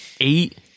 eight